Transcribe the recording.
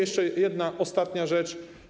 Jeszcze jedna, ostatnia rzecz.